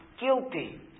guilty